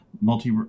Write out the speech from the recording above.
multi